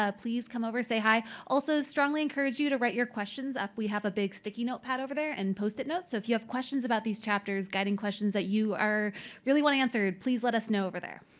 ah please come over and say hi. also, strongly encourage you to write your questions up. we have a big sticky note pad over there and post-it note. so if you have questions about these chapters, guiding questions that you are really wanting answered, please let us know over there.